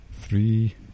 three